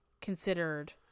considered